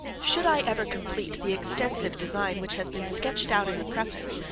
should i ever complete the extensive design which has been sketched out in the preface,